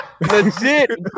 Legit